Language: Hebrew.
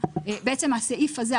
בעצם הסעיף הזה,